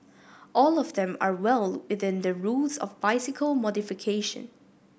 all of them are well within the rules of bicycle modification